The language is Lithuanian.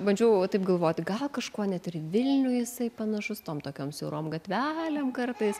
bandžiau taip galvoti gal kažkuo net ir į vilnių jisai panašus tom tokiom siaurom gatvelėm kartais